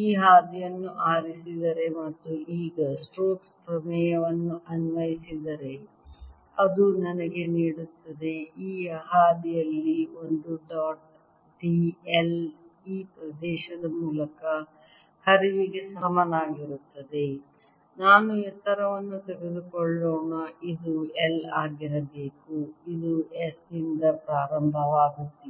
ಈ ಹಾದಿಯಲ್ಲಿ ಆರಿಸಿದರೆ ಮತ್ತು ಈಗ ಸ್ಟೋಕ್ಸ್ ಪ್ರಮೇಯವನ್ನು ಅನ್ವಯಿಸಿದರೆ ಅದು ನನಗೆ ನೀಡುತ್ತದೆ ಈ ಹಾದಿಯಲ್ಲಿ ಒಂದು ಡಾಟ್ d l ಈ ಪ್ರದೇಶದ ಮೂಲಕ ಹರಿವಿಗೆ ಸಮಾನವಾಗಿರುತ್ತದೆ ನಾನು ಎತ್ತರವನ್ನು ತೆಗೆದುಕೊಳ್ಳೋಣ ಇದು l ಆಗಿರಬೇಕು ಇದು s ನಿಂದ ಪ್ರಾರಂಭವಾಗುತ್ತಿದೆ